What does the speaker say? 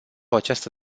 această